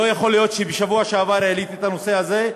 לא יכול להיות, ובשבוע שעבר העליתי את הנושא הזה,